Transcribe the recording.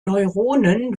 neuronen